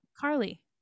Carly